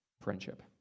friendship